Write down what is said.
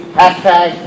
hashtag